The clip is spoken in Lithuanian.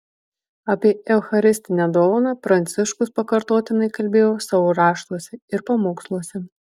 apie eucharistinę dovaną pranciškus pakartotinai kalbėjo savo raštuose ir pamoksluose